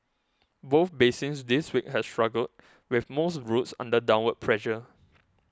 both basins this week have struggled with most routes under downward pressure